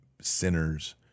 sinners